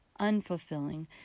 unfulfilling